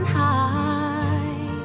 high